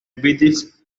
beatles